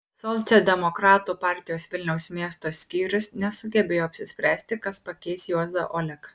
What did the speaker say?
socialdemokratų partijos vilniaus miesto skyrius nesugebėjo apsispręsti kas pakeis juozą oleką